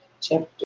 chapter